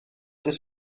ddydd